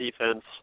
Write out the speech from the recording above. defense